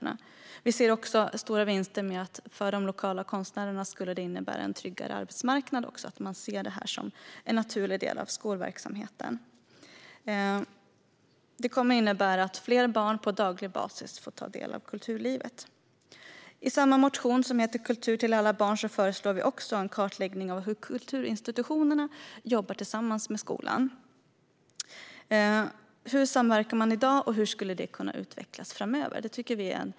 Det ger också lokala konstnärer en tryggare arbetsmarknad att man ser detta som en naturlig del av skolverksamheten. Detta skulle innebära att fler barn på daglig basis får ta del av kulturlivet. I samma motion, som heter Kultur till alla barn , föreslår vi också en kartläggning av hur kulturinstitutionerna jobbar tillsammans med skolan, hur de samverkar i dag och hur det skulle kunna utvecklas framöver.